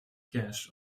gash